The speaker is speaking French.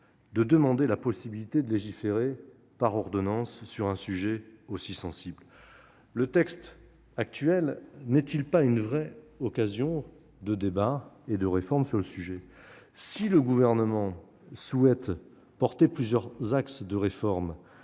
de demander la possibilité de légiférer par ordonnances sur un sujet aussi sensible. Le texte actuel n'est-il pas une vraie occasion de débat et de réforme ? Si le Gouvernement souhaite aborder d'autres modifications